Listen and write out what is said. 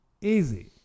Easy